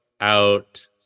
out